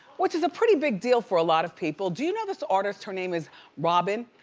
which is a pretty big deal for a lot of people. do you know this artist, her name is robyn?